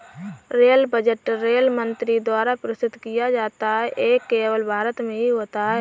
rail budget rail मंत्री द्वारा प्रस्तुत किया जाता है ये केवल भारत में ही होता है